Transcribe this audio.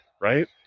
Right